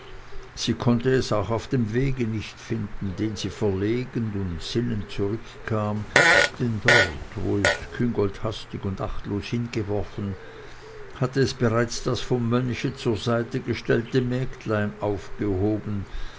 sie konnte es auch auf dem wege nicht finden den sie verlegen und sinnend zurückkam denn dort wo es küngolt hastig und achtlos hingeworfen hatte es bereits das vom mönche zur seite gestellte mägdlein aufgehoben